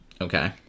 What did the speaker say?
Okay